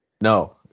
No